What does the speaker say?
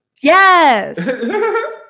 yes